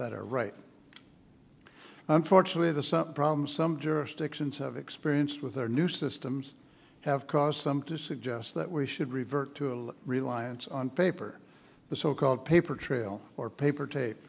that are right unfortunately the some problems some jurisdictions have experienced with their new systems have caused some to suggest that we should revert to a reliance on paper the so called paper trail or paper tape